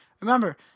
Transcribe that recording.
Remember